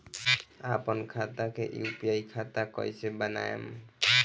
आपन खाता के यू.पी.आई खाता कईसे बनाएम?